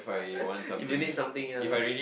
you will need something ah